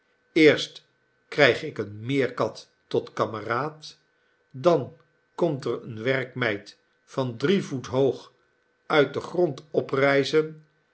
eerst krijg ik eene meerkat tot kameraad dan komt er eene werkmeid van drie voet hoog uit den grond